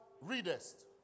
readest